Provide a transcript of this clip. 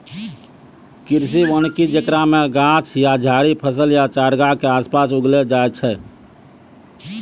कृषि वानिकी जेकरा मे गाछ या झाड़ि फसल या चारगाह के आसपास उगैलो जाय छै